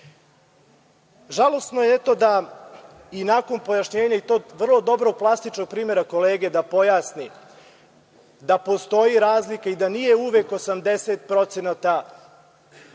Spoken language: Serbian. spavali. Žalosno je eto da i nakon pojašnjenja i to vrlo dobrog klasičnog primera kolege da pojasni da postoje razlike i da nije uvek 80%